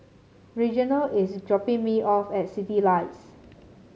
Reginal is dropping me off at Citylights